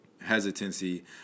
hesitancy